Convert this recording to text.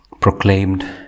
proclaimed